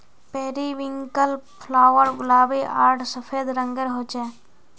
periwinkle flower गुलाबी आर सफ़ेद रंगेर होचे